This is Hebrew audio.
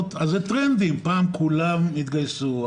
עבורן זה טרנדים פעם כולן התגייסו,